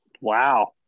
Wow